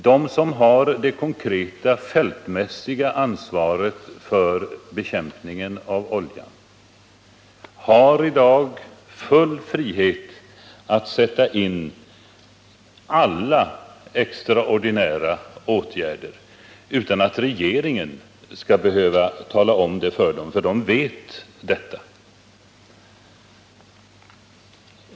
De som har det konkreta fältmässiga ansvaret för bekämpningen av oljan har i dag full frihet att sätta in alla extraordinära åtgärder utan att fråga regeringen, och det vet de.